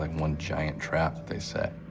like one giant trap that they set.